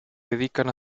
dedican